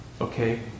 okay